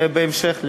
ובהמשך,